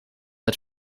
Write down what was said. het